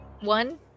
One